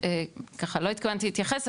שככה לא התכוונתי להתייחס,